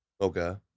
Okay